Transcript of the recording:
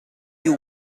you